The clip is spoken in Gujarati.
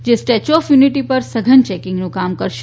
જે સ્ટેચ્યુ ઓફ યુનિટી પર સઘન ચેકિંગનું કામ કરશે